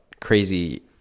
crazy